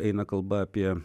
eina kalba apie